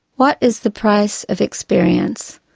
what is the price of experience,